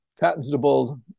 patentable